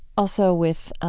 also with, ah